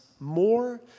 more